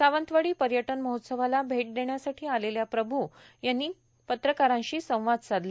सावंतवाडी पर्यटन महोत्सवाला भेट देण्यासाठी आलेल्या प्रभू यांनी काल पत्रकारांशी संवाद साधला